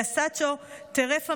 גזצ'או טרפה,